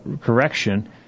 correction